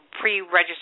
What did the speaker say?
pre-register